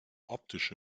optische